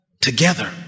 together